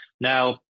Now